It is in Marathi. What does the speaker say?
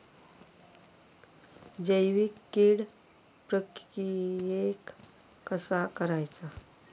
जैविक कीड प्रक्रियेक कसा करायचा?